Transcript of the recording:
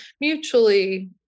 mutually